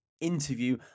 interview